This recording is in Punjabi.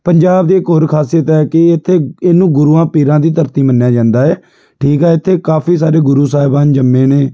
ਪੰਜਾਬ ਦੀ ਇੱਕ ਹੋਰ ਖ਼ਾਸੀਅਤ ਹੈ ਕਿ ਇੱਥੇ ਇਹਨੂੰ ਗੁਰੂਆਂ ਪੀਰਾਂ ਦੀ ਧਰਤੀ ਮੰਨਿਆ ਜਾਂਦਾ ਹੈ ਠੀਕ ਹੈ ਇੱਥੇ ਕਾਫੀ ਸਾਰੇ ਗੁਰੂ ਸਾਹਿਬਾਨ ਜੰਮੇ ਨੇ